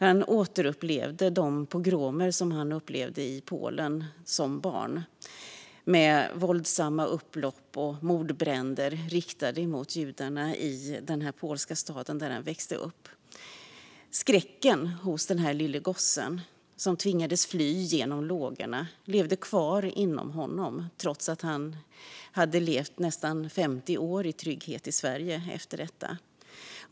Han återupplevde barndomens pogromer i Polen med våldsamma upplopp och mordbränder riktade mot judarna i den stad där han växte upp. Skräcken hos den lille gossen som tvingades fly genom lågorna levde kvar inom honom, trots att han hade levt nästan femtio år i trygghet i Sverige efter detta.